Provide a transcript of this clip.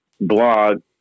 blog